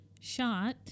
shot